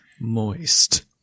moist